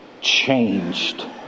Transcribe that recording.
changed